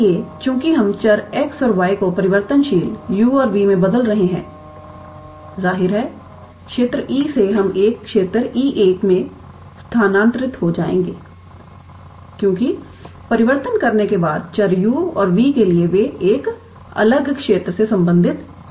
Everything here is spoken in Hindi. इसलिए चूंकि हम चर x और y को परिवर्तनशील u और v में बदल रहे हैं जाहिर है क्षेत्र E से हम एक क्षेत्र 𝐸1 में स्थानांतरित हो जाएंगे क्योंकि परिवर्तन करने के बाद चर u और v के लिए वे एक अलग क्षेत्र से संबंधित हो सकते हैं